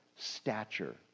stature